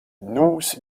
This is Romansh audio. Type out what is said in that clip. nus